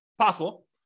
possible